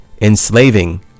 enslaving